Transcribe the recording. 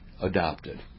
adopted